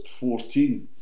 14